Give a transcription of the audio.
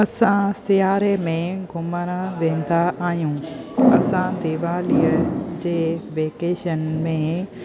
असां सिआरे में घुमणु वेंदा आहियूं असां दीवालीअ जे वेकेशन में